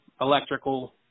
electrical